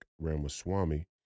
Ramaswamy